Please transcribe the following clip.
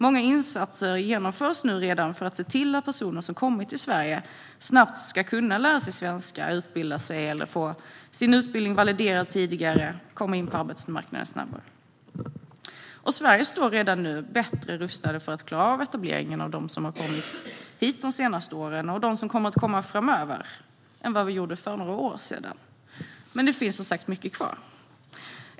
Många insatser genomförs redan för att se till att de personer som kommit till Sverige snabbt ska kunna lära sig svenska, utbilda sig eller få sin utbildning validerad tidigare och komma in på arbetsmarknaden snabbare. Sverige står redan nu bättre rustat för att klara av etableringen av dem som har kommit hit de senaste åren och dem som kommer att komma framöver än för några år sedan, men det finns som sagt mycket kvar att göra.